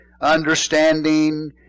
understanding